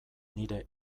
nire